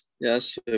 yes